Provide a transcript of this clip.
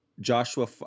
joshua